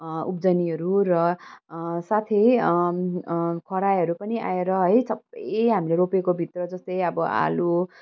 उब्जनीहरू र साथै खरायोहरू पनि आएर है सबै हामीले रोपेको भित्र जस्तै अब आलु